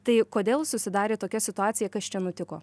tai kodėl susidarė tokia situacija kas čia nutiko